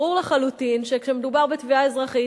ברור לחלוטין שכשמדובר בתביעה אזרחית,